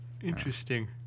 Interesting